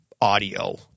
audio